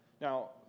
Now